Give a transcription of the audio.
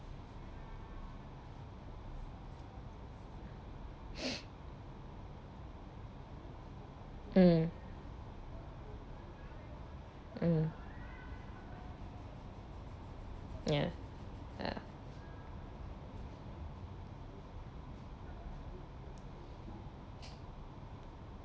mm mm ya ah